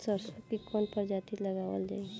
सरसो की कवन प्रजाति लगावल जाई?